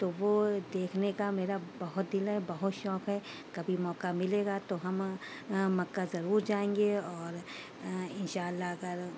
تو وہ دیکھنے کا میرا بہت دل ہے بہت شوق ہے کبھی موقعہ ملے گا تو ہم مکہ ضرور جائیں گے اور ان شاء اللہ اگر